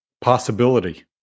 possibility